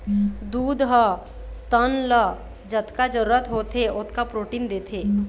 दूद ह तन ल जतका जरूरत होथे ओतका प्रोटीन देथे